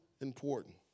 Important